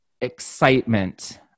excitement